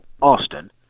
Austin